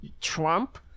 Trump